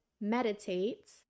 meditate